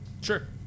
Sure